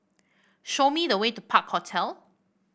show me the way to Park Hotel